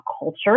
culture